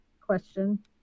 question